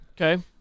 Okay